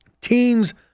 Teams